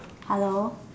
hello